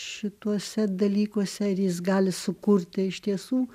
šituose dalykuose ar jis gali sukurti iš tiesų